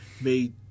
made